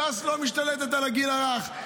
ש"ס לא משתלטת על הגיל הרך.